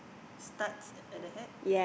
studs at the hat